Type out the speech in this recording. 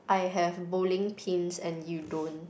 I have bowling pins and you don't